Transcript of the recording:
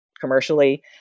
Commercially